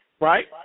Right